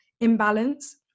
imbalance